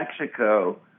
Mexico